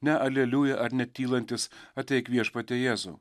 ne aleliuja ar netylantis ateik viešpatie jėzau